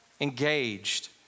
engaged